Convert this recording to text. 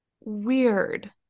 Weird